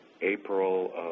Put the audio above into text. April